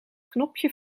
knopje